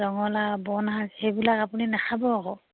ৰঙালাও বন শাক সেইবিলাক আপুনি নাখাব আকৌ